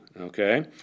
Okay